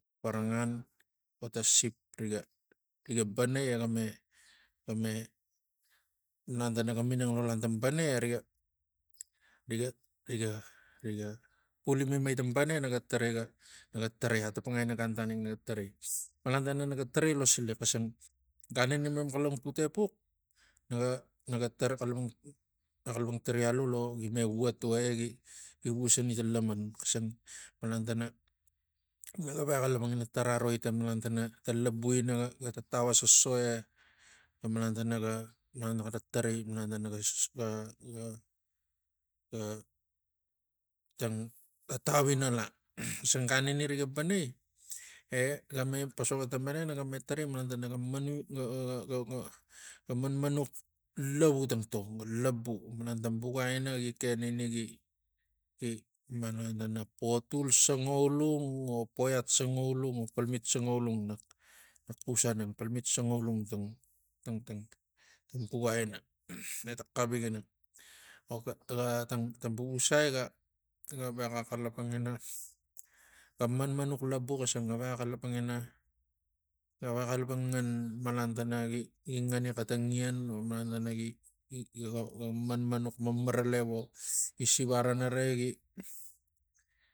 Parangan lo ta sip riga riga banaiega me game malan tana ga minang lo lantang bang eriga riga riga pulimi gim tang bana e naga tarai ga naga tarai ta taptapangai gan tanik naga tarai malan tana naga tarai lo silax xisang gan ina mem xaiapang put wpux naga tara xaiapang tara naga xalapang tarai aiu lo gimavuat tugai egi gi vusani tang laman xisang malan tana naga vex a xalapang ina tarai avoi malan tana ta labuina ga tatan asoso e ga malan tana ga malan tana xara tarai malan tana ga- ga- ga tang tatau ina ia xisana gan ini riga banai ega ma posox lo tang bana e naga me tarai malan bugaina gi ken ini gi- gi malan tana potul sangaulung o poiot sangaulung o palmit sangaulugn nak xus aneng palmit sangaulung tang tang tang buga ina etang xavik ina ok a ta tang vuvusai ga- ga vex a xalapang ina givexa xalapang ngan malan tana gi- gi ngani xeta lanomalan tana gi- gi- gi manmanux marala vo gi sivar inara egi